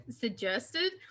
suggested